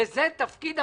וזה תפקיד הממשלה.